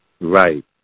Right